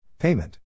Payment